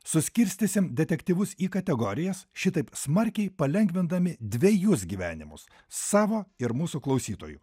suskirstysim detektyvus į kategorijas šitaip smarkiai palengvindami dvejus gyvenimus savo ir mūsų klausytojų